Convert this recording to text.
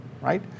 Right